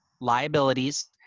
liabilities